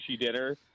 dinner